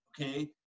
okay